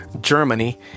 Germany